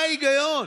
מה ההיגיון?